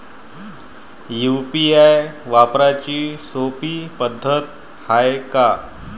UPI वापराची सोपी पद्धत हाय का?